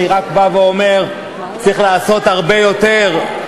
אני רק בא ואומר: צריך לעשות הרבה יותר,